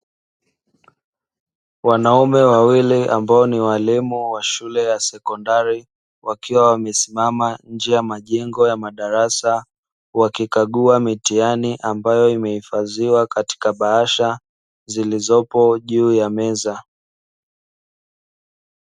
Wanaume wawili ambao ni waalimu wa shule ya sekondari wakiwa wamesimama nje ya majengo ya madarasa wakikagua mitihani ambayo imehifadhiwa katika bahasha zilizopo juu ya meza.